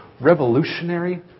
revolutionary